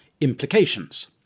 implications